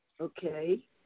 Okay